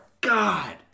God